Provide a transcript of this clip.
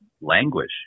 languish